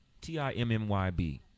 T-I-M-M-Y-B